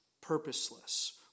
purposeless